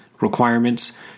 Requirements